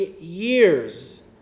years